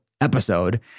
episode